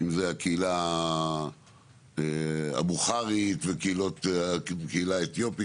אם זו הקהילה הבוכרית והקהילה האתיופית,